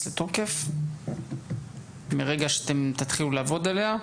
לתוקף מרגע שאתם תתחילו לעבוד עליה?